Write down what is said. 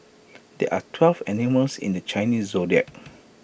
there are twelve animals in the Chinese Zodiac